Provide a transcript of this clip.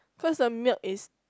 cause the milk is